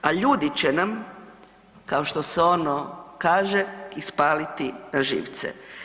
A ljudi će nam kao što se ono kaže, ispaliti na živce.